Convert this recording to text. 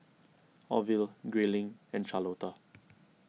Orville Grayling and Charlotta